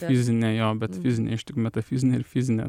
fizinė jo bet fizinė iš tik metafizinė ir fizinė